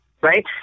Right